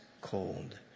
cold